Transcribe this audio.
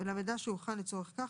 ולמידע שהוכן לצורך כך,